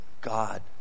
God